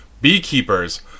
beekeepers